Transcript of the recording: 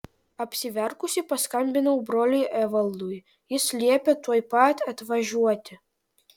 apsiverkusi paskambinau broliui evaldui jis liepė tuoj pat atvažiuoti